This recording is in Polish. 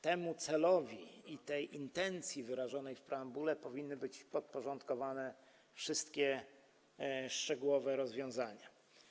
Temu celowi i tej intencji wyrażonej w preambule powinny być podporządkowane wszystkie szczegółowe rozwiązania.